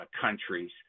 countries